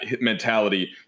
mentality